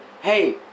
hey